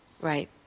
Right